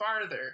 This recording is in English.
farther